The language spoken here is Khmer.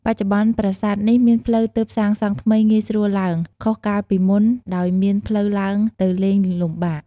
បច្ចុប្បន្នប្រាសាទនេះមានផ្លូវទើបសាងសង់ថ្មីងាយស្រួលឡើង ខុសកាលពីមុនដោយមានផ្លូវឡើងទៅលេងលំបាក។